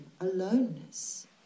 aloneness